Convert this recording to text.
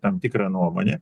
tam tikra nuomonė